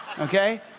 Okay